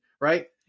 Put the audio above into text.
right